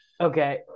Okay